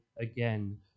again